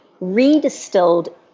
redistilled